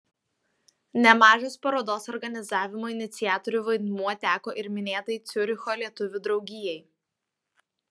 nemažas parodos organizavimo iniciatorių vaidmuo teko ir minėtai ciuricho lietuvių draugijai